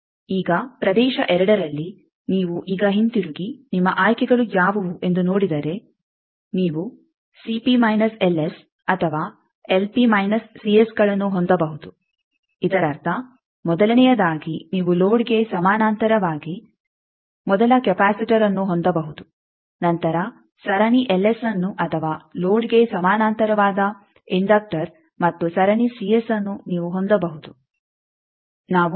ಈಗ ಪ್ರದೇಶ 2ರಲ್ಲಿ ನೀವು ಈಗ ಹಿಂತಿರುಗಿ ನಿಮ್ಮ ಆಯ್ಕೆಗಳು ಯಾವುವು ಎಂದು ನೋಡಿದರೆ ನೀವು ಅಥವಾ ಗಳನ್ನು ಹೊಂದಬಹುದು ಇದರರ್ಥ ಮೊದಲನೆಯದಾಗಿ ನೀವು ಲೋಡ್ಗೆ ಸಮಾನಾಂತರವಾಗಿ ಮೊದಲ Refer Time 0236 ಕೆಪಾಸಿಟರ್ಅನ್ನು ಹೊಂದಬಹುದು ನಂತರ ಸರಣಿ ಅನ್ನು ಅಥವಾ ಲೋಡ್ಗೆ ಸಮಾನಾಂತರವಾದ ಇಂಡಕ್ಟರ್ ಮತ್ತು ಸರಣಿ ಅನ್ನು ನೀವು ಹೊಂದಬಹುದು Refer Time 0248